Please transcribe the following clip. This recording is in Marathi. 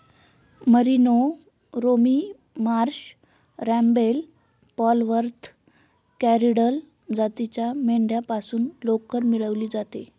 मरिनो, रोमी मार्श, रॅम्बेल, पोलवर्थ, कॉरिडल जातीच्या मेंढ्यांपासून लोकर मिळवली जाते